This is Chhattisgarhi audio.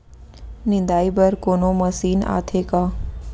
निंदाई बर कोनो मशीन आथे का?